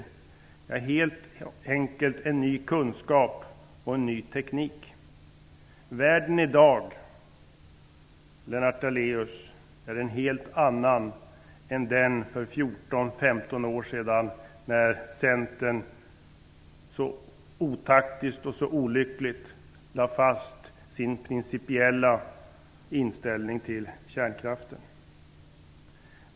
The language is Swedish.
Det kommer helt enkelt en ny kunskap och en ny teknik. Världen i dag, Lennart Daléus, är en helt annan än den för 14--15 år sedan då Centern så otaktiskt och olyckligt lade fast sin principiella inställning till kärnkraften.